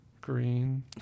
Green